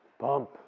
Pump